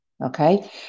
Okay